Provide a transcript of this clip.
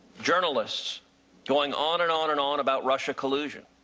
journalists going on and on and on about russia collusion.